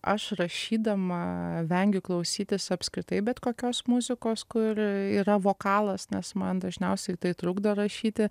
aš rašydama vengiu klausytis apskritai bet kokios muzikos kur yra vokalas nes man dažniausiai tai trukdo rašyti